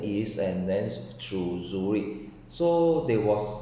east and then through zurich so there was